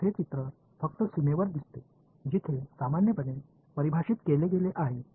म्हणूनच हे चित्र फक्त सीमेवर दिसते जिथे सामान्यपणे परिभाषित केले गेले आहे